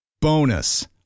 Bonus